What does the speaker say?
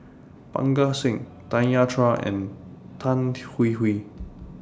Parga Singh Tanya Chua and Tan Hwee Hwee